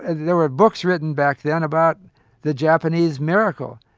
there were books written back then about the japanese miracle,